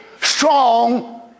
strong